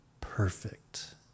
perfect